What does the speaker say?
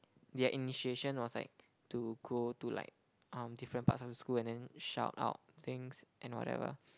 their initiation was like to go to like um different parts of the school and then shout out things and whatever